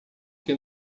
que